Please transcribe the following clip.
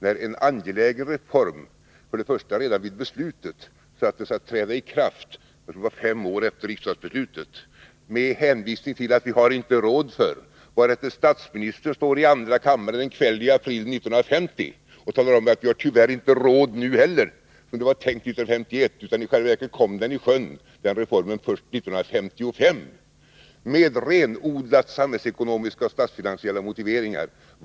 Redan när beslutet fattades om denna angelägna reform bestämdes att den inte skulle träda i kraft förrän fem år efter riksdagsbeslutet. Man hänvisade till att vi inte hade råd att göra det tidigare. Därefter meddelade statsministern i en av kamrarna i april 1950 att man tyvärr inte heller då hade råd att genomföra reformen. Genomförande var planerat till 1951, men i själva verket kom reformen i sjön först år 1955. Dröjsmålet motiverades med renodlat statsfinansiella och samhällsekonomiska motiveringar.